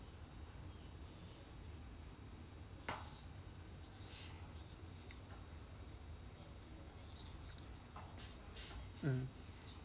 mm